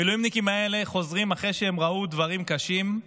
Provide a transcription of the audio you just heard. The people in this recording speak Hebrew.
המילואימניקים האלה חוזרים אחרי שהם ראו דברים קשים,